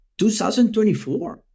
2024